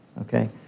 okay